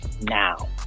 now